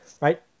right